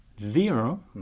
Zero